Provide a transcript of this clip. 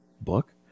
book